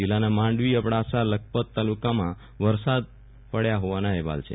જીલ્લાના માંડવીઅબડાસાલખપત તાલુકામાં વરસાદ પડયા હોવાના અહેવાલ છે